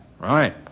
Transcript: Right